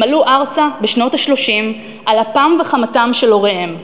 הם עלו ארצה בשנות ה-30, על אפם וחמתם של הוריהם.